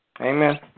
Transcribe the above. Amen